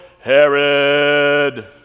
Herod